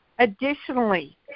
Additionally